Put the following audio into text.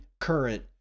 current